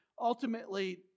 ultimately